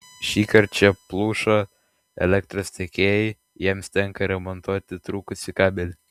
šįkart čia pluša elektros tiekėjai jiems tenka remontuoti trūkusį kabelį